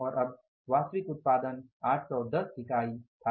और अब वास्तविक उत्पादन 810 इकाई था